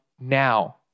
now